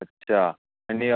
अच्छा आणि